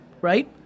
right